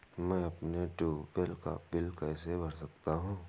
मैं अपने ट्यूबवेल का बिल कैसे भर सकता हूँ?